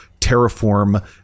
terraform